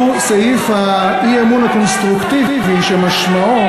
הוא סעיף האי-אמון הקונסטרוקטיבי שמשמעו,